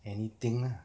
anything lah